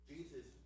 Jesus